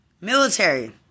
Military